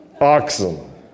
oxen